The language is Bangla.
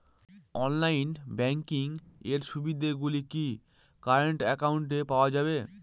অনলাইন ব্যাংকিং এর সুবিধে গুলি কি কারেন্ট অ্যাকাউন্টে পাওয়া যাবে?